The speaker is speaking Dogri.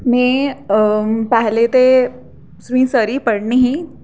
मीं पैह्ले ते सरुइंसर गै पढ़नी ही